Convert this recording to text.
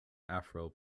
afro